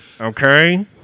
okay